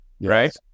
right